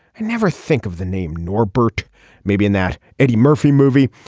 i never think of the name nor bert maybe in that. eddie murphy movie.